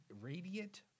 Radiant